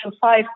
five